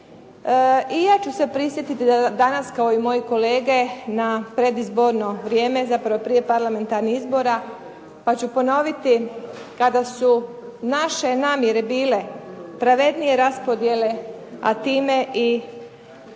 I ja ću se prisjetiti danas kao i moji kolege na predizborno vrijeme zapravo prije parlamentarnih izbora pa ću ponoviti kada su naše namjere bile pravednije raspodjele a time i,